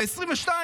ב-2022,